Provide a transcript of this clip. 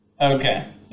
Okay